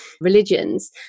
religions